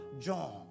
John